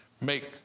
make